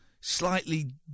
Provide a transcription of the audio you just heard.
slightly